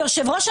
היושב-ראש,